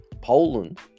Poland